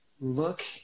look